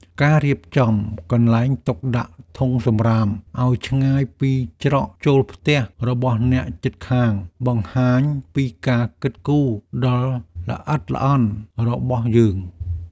ការរៀបចំកន្លែងទុកដាក់ធុងសំរាមឱ្យឆ្ងាយពីច្រកចូលផ្ទះរបស់អ្នកជិតខាងបង្ហាញពីការគិតគូរដ៏ល្អិតល្អន់របស់យើង។